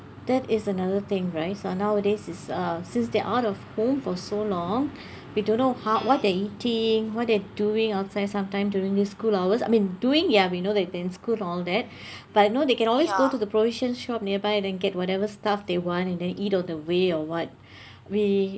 that is another thing right so nowadays is uh since they out of home for so long we don't know how what they eating what they're doing outside sometime during these school hours I mean doing ya we know they've been in school all that but you know they can always go to the provision shop nearby and and get whatever stuff they want and then eat on the way or what we